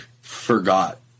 forgot